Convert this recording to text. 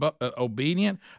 obedient